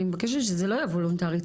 אני מבקשת שזה לא יהיה בוולונטרי,